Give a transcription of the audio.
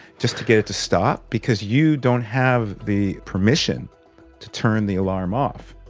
just to get it to stop because you don't have the permission to turn the alarm off.